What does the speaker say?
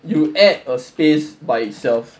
you add a space by itself